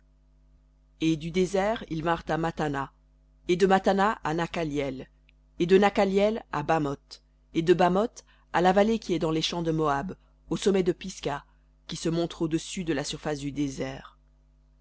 et du désert à matthana et de matthana à nakhaliel et de nakhaliel à bamoth et de bamoth à la vallée qui est dans les champs de moab au sommet du pisga qui se montre au-dessus de la surface du désert